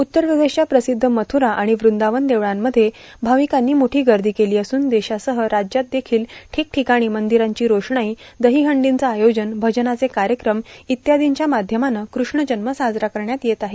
उत्तर प्रदेशच्या प्रसिद्ध मथ्ररा आणि वृंदावन देवळांमध्ये भाविकांनी मोठी गर्दी केली असून देशासह राज्यात देखील ढिकढिकाणी मंदीरांची रोषणाई दहीहंडीचं आयोजन भजनाचे कार्यक्रम इत्यादींच्या माध्यमानं कृष्णजन्म साजरा करण्यात येत आहे